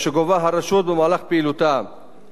למעשה, לא היתה פה שום ועדת הנחות,